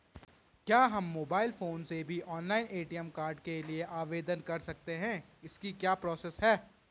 क्या हम mobile phone से भी ऑनलाइन ए.टी.एम कार्ड के लिए आवेदन कर सकते हैं इसकी क्या प्रोसेस है?